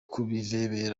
undi